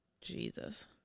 Jesus